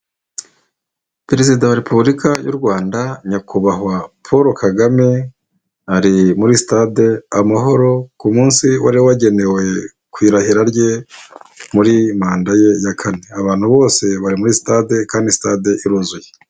Perezida wa repubulika y'u Rwanda nyakubahwa Paul Kagame ari muri sitade amahoro ku munsi wari wagenewe ku irahira rye muri manda ye ya kane. Abantu bose bari muri sitade kandi sitade iruzuye.